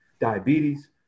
diabetes